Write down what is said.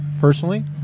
personally